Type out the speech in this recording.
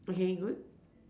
okay good